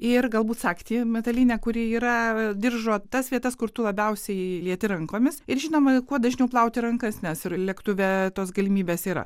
ir galbūt sagtį metalinę kuri yra diržo tas vietas kur tu labiausiai lieti rankomis ir žinoma kuo dažniau plauti rankas nes ir lėktuve tos galimybės yra